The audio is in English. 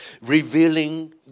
Revealing